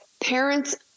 parents